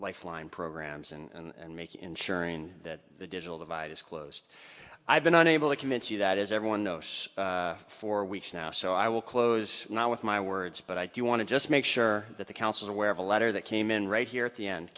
lifeline programs and make ensuring that the digital divide is closed i've been unable to convince you that as everyone knows for weeks now so i will close not with my words but i do want to just make sure that the council where the letter that came in right here at the end